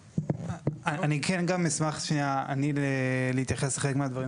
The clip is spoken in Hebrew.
אני כן גם אשמח שנייה אני להתייחס לחלק מהדברים